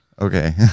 Okay